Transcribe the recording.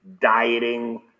Dieting